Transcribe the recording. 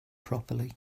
properly